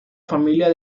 familia